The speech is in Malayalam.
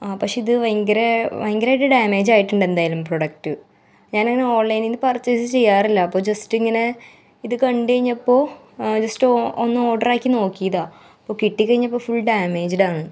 ആ പക്ഷേ അത് ഭയങ്കര വയങ്കരായിട്ട് ഡാമേജ് ആയിട്ടുണ്ട് എന്തായാലും പ്രൊഡക്റ്റ് ഞാൻ അങ്ങനെ ഓണ്ലൈനിൽ നിന്ന് പര്ച്ചേസ് ചെയ്യാറില്ല അപ്പോൾ ജസ്റ്റ് ഇങ്ങനെ ഇത് കണ്ടുകഴിഞ്ഞപ്പോൾ ജസ്റ്റ് ഒ ഒന്ന് ഓർഡർ ആക്കി നോക്കിയതാണ് കിട്ടി കഴിഞ്ഞപ്പോൾ ഫുള് ഡാമേജ്ഡ് ആണ്